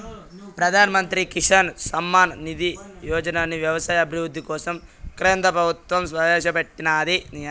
ప్రధాన్ మంత్రి కిసాన్ సమ్మాన్ నిధి యోజనని వ్యవసాయ అభివృద్ధి కోసం కేంద్ర ప్రభుత్వం ప్రవేశాపెట్టినాది